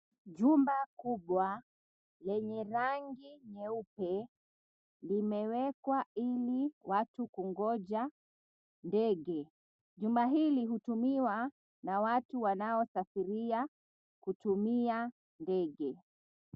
Jumba kubwa lenye rangi nyeupe limewekwa ili watu kungoja ndege. Jumba hili hutumiwa na watu wanaosafiria kutumia ndege.